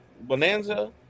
Bonanza